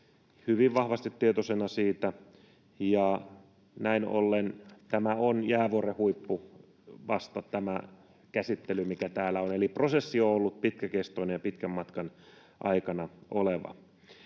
hyvin vahvasti tietoisena siitä, ja näin ollen tämä käsittely on vasta jäävuoren huippu, mikä täällä on, eli prosessi on ollut pitkäkestoinen ja pitkän matkan aikana oleva.